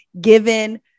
given